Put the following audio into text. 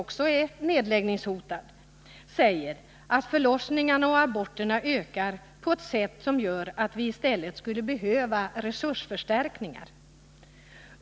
också är nedläggningshotad — säger att förlossningarna och aborterna ökar på ett sådant sätt att vi i stället skulle behöva resursförstärkningar.